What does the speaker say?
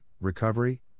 recovery